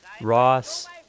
Ross